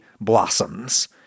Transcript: blossoms